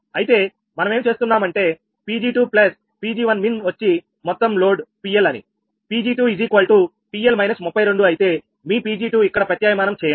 అయితే మనమేం చేస్తున్నామంటే 𝑃𝑔21𝑚in వచ్చి మొత్తం లోడ్ PL అని𝑃𝑔2𝑃L−32 అయితే మీ Pg2 ఇక్కడ ప్రత్యామ్నాయం చేయండి